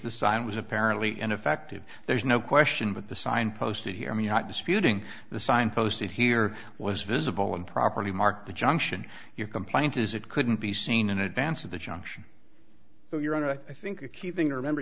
the sign was apparently ineffective there's no question but the sign posted here i mean not disputing the sign posted here was visible improperly marked the junction your complaint is it couldn't be seen in advance of the junction so your honor i think a key thing to remember